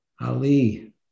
ali